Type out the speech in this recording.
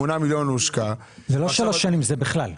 מיליון הושקע -- זה לא שלוש שנים זה בכלל.